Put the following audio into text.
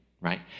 right